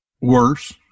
worse